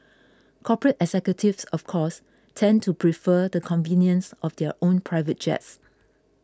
corporate executives of course tend to prefer the convenience of their own private jets